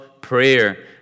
prayer